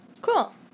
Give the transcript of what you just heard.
Cool